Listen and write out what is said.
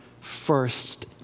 first